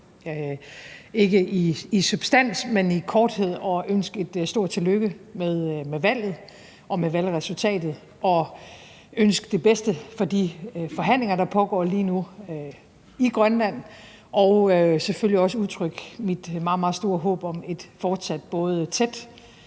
ikke i substans, men i form, i korthed at ønske et stort tillykke med valget og med valgresultatet og ønske det bedste for de forhandlinger, der pågår lige nu i Grønland, og selvfølgelig også udtrykke mit meget, meget store håb om et fortsat både tæt,